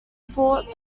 thought